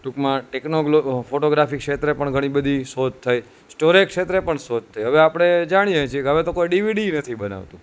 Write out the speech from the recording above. ટૂંકમાં ટેકનોગ્લો ફોટોગ્રાફી ક્ષેત્રે પણ ગણી બધી શોધ થઈ સ્ટોરેજ ક્ષેત્રે પણ શોધ થઈ હવે આપણે જાણીએ છે હવે તો કોઈ ડીવીડી નથી બનાવતું